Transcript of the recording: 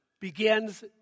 begins